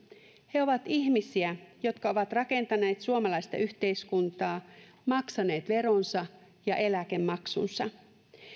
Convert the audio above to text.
he ovat ihmisiä jotka ovat rakentaneet suomalaista yhteiskuntaa maksaneet veronsa ja eläkemaksunsa